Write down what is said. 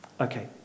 Okay